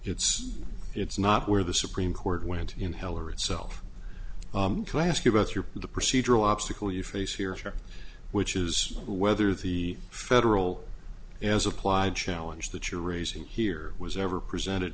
it's it's not where the supreme court went in heller itself can i ask you about your the procedural obstacle you face here which is whether the federal as applied challenge that you're raising here was ever presented